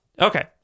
Okay